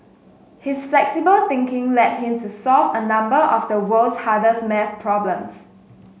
his flexible thinking led him to solve a number of the world's hardest maths problems